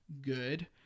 good